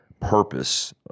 purpose